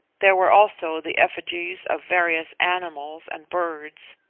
there were also the effigies of various animals and birds,